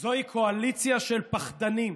זוהי קואליציה של פחדנים.